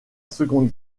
seconde